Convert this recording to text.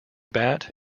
bat